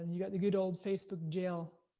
you got the good ole facebook jail.